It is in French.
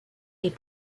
est